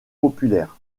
populaires